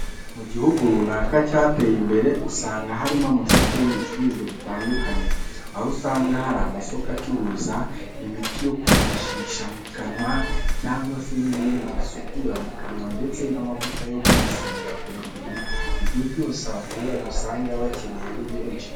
Mu gihugu runaka cyateye imbere usanga harimo amasoko y'ibicuruzwa bitandukanye, aho usanga hari amasoko acuruza imiti yo kwifashisha mu kanwa cyangwa se n'ibindi bisukura mu kanwa ndetse n'amavuta yo kwisiga ku mubiri, ibyo byose abaturage usanga bakeneye ari benshi.